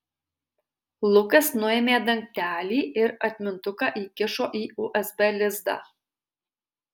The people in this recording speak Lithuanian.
lukas nuėmė dangtelį ir atmintuką įkišo į usb lizdą